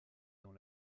dans